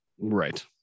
Right